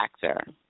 factor